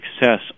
success